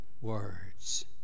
words